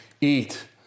eat